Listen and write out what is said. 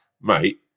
mate